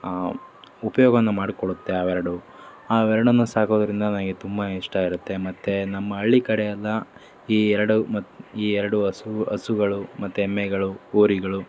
ಉಪಯೋಗವನ್ನು ಮಾಡಿಕೊಡುತ್ತೆ ಆವೆರಡೂ ಅವೆರಡನ್ನು ಸಾಕೋದರಿಂದ ನನಗೆ ತುಂಬಾ ಇಷ್ಟ ಇರುತ್ತೆ ಮತ್ತು ನಮ್ಮ ಹಳ್ಳಿ ಕಡೆ ಎಲ್ಲ ಈ ಎರಡು ಈ ಎರಡು ಹಸು ಹಸುಗಳು ಮತ್ತು ಎಮ್ಮೆಗಳು ಹೋರಿಗಳು